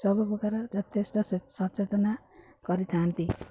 ସବୁପ୍ରକାର ଯଥେଷ୍ଟ ସ ସଚେତନା କରିଥାନ୍ତି